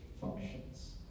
functions